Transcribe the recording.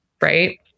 right